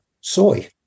soy